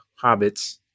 hobbits